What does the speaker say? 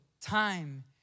time